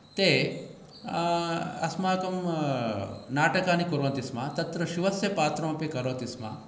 ते अस्माकं नाटकानि कुर्वन्ति स्म तत्र शिवस्य पात्रमपि करोति स्म